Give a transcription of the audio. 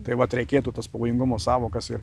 tai vat reikėtų tas pavojingumo sąvokas ir